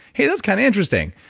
hey, that's kind of interesting.